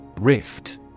Rift